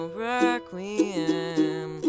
requiem